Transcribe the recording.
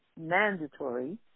mandatory